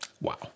Wow